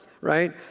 right